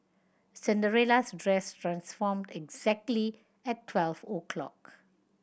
Cinderella's dress transformed exactly at twelve o' clock